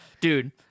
Dude